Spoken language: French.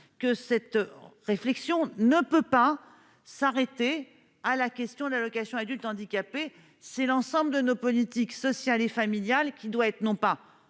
que cette réflexion ne peut pas s'arrêter à la question de l'allocation adulte handicapé, c'est l'ensemble de nos politiques sociales et familiales, qui doit être non pas